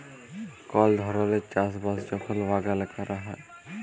call ধরলের চাষ বাস যখল বাগালে ক্যরা হ্যয়